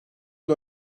yıl